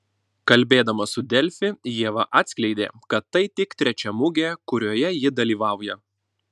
kalbėdama su delfi ieva atskleidė kad tai tik trečia mugė kurioje ji dalyvauja